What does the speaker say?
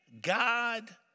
God